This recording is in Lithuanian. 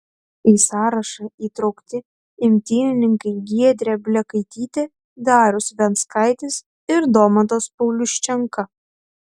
į sąrašą įtraukti imtynininkai giedrė blekaitytė darius venckaitis ir domantas pauliuščenka